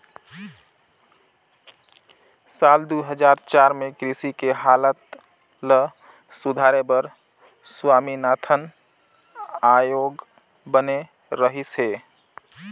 साल दू हजार चार में कृषि के हालत ल सुधारे बर स्वामीनाथन आयोग बने रहिस हे